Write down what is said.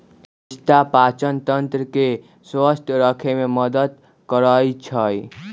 पिस्ता पाचनतंत्र के स्वस्थ रखे में मदद करई छई